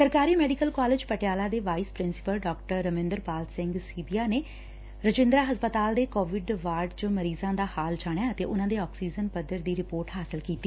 ਸਰਕਾਰੀ medical college Patiala ਦੇ vice principal Dr Raminderpal Singh Sibia ਨੇ ਰਜਿੰਦਰਾ ਹਸਪਤਾਲ ਦੇ ਕੋਵਿਡ ਵਾਰਡ ਚ ਮਰੀਜ਼ਾਂ ਦਾ ਹਾਲ ਜਾਣਿਆ ਅਤੇ ਉਨੂਾਂ ਦੇ ਆਕਸੀਜਨ ਪੱਧਰ ਦੀ ਰਿਪੋਰਟ ਹਾਸਲ ਕੀਤੀ